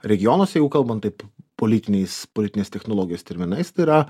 regionuose jeigu kalbant taip politiniais politinės technologijos terminais tai yra